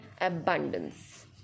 abundance